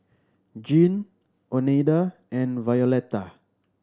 Gene Oneida and Violetta